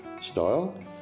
style